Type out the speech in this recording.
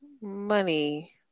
money